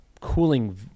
cooling